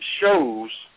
shows